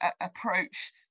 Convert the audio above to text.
approach